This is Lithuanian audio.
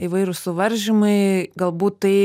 įvairūs suvaržymai galbūt tai